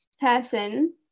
person